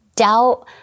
Doubt